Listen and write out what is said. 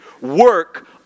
work